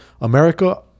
America